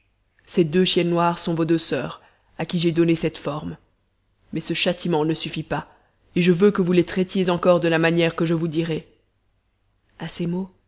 ces deux chiennes noires sont vos deux soeurs à qui j'ai donné cette forme mais ce châtiment ne suffit pas et je veux que vous les traitiez encore de la manière que je vous dirai à ces mots